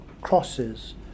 crosses